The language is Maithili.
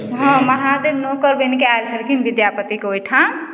हँ महादेव नौकर बनिके आयल छलखिन विद्यापतिके ओइ ठाम